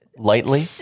Lightly